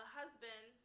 husband